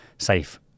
safe